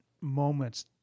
moments